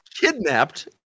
kidnapped